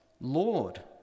Lord